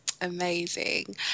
amazing